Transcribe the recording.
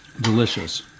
delicious